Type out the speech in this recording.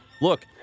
Look